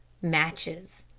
matches.